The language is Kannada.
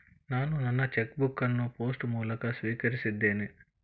ನಾನು ನನ್ನ ಚೆಕ್ ಬುಕ್ ಅನ್ನು ಪೋಸ್ಟ್ ಮೂಲಕ ಸ್ವೀಕರಿಸಿದ್ದೇನೆ